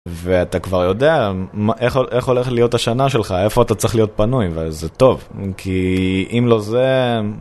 ואתה כבר יודע, איך הולכת להיות השנה שלך, איפה אתה צריך להיות פנוי, וזה טוב, כי אם לא זה...